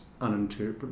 uninterpretable